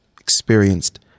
experienced